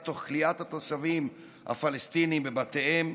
תוך כליאת התושבים הפלסטינים בבתיהם,